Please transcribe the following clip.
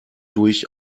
durch